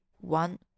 one